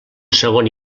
segon